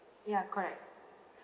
ya correct